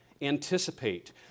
Anticipate